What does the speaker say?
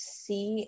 see